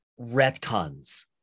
retcons